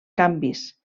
canvis